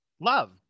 love